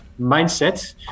mindset